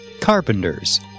Carpenters